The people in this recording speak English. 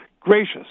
gracious